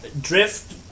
Drift